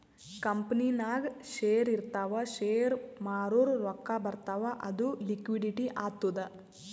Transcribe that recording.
ಕಂಪನಿನಾಗ್ ಶೇರ್ ಇರ್ತಾವ್ ಶೇರ್ ಮಾರೂರ್ ರೊಕ್ಕಾ ಬರ್ತಾವ್ ಅದು ಲಿಕ್ವಿಡಿಟಿ ಆತ್ತುದ್